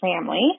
family